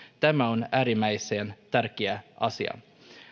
tämä on äärimmäisen tärkeä asia